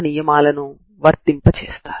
ఇక్కడ మీకు రెండు పాయింట్లు ఉన్నాయి